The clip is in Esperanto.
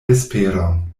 vesperon